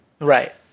right